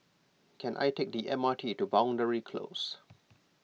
can I take the M R T to Boundary Close